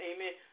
Amen